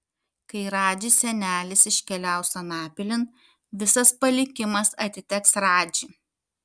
kai radži senelis iškeliaus anapilin visas palikimas atiteks radži